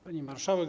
Pani Marszałek!